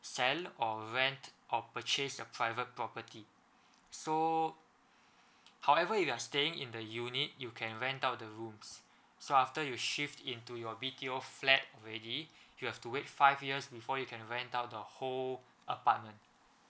sell or rent or purchase your private property so however you are staying in the unit you can rent out the rooms so after you shift into your B_T_O flat already you have to wait five years before you can rent out the whole apartment